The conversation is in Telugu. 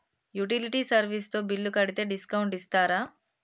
యుటిలిటీ సర్వీస్ తో బిల్లు కడితే డిస్కౌంట్ ఇస్తరా?